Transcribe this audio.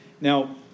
Now